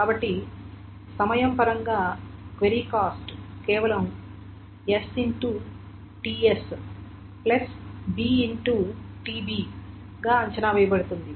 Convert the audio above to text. కాబట్టి సమయం పరంగా క్వెరీ కాస్ట్ కేవలం s X ts b X tb గా అంచనా వేయబడుతుంది